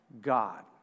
God